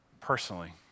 personally